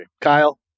Kyle